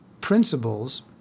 principles